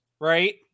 right